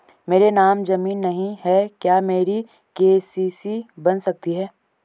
मेरे नाम ज़मीन नहीं है क्या मेरी के.सी.सी बन सकती है?